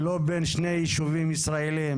ולא בין שני יישובים ישראלים.